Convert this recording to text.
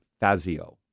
Fazio